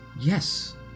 yes